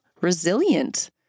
resilient